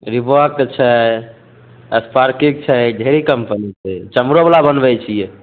रिबोकके छै स्पारकी छै ढेरी कम्पनी छै चमरोबला बनबै छियै